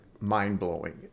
mind-blowing